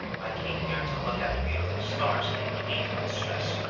i came here to look at the beautiful stars and relieve my stress.